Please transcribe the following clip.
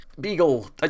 Beagle